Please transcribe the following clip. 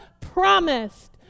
promised